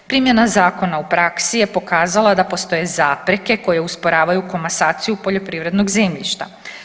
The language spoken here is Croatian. Primjena zakona u praksi je pokazala da postoje zapreke koje usporavaju komasaciju poljoprivrednog zemljišta.